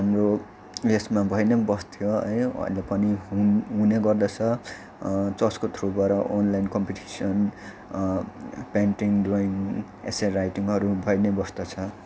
हाम्रो उयसमा भई नै बस्थ्यो है अहिले पनि हु हुने गर्दछ चर्चको थ्रुबाट online competition painting drawing essay राइटिङहरू भई नै बस्दछ